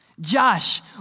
Josh